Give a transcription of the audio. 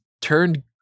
turned